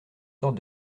sorte